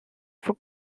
for